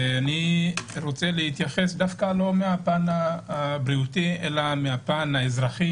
אני רוצה להתייחס לא מהפן הבריאותי אלא מהפן האזרחי